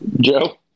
Joe